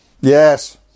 Yes